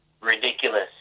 ridiculous